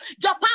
Japan